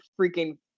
freaking